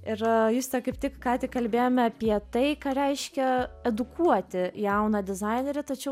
ir juste kaip tik ką tik kalbėjome apie tai ką reiškia edukuoti jauną dizainerį tačiau